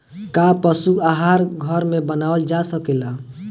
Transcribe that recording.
का पशु आहार घर में बनावल जा सकेला?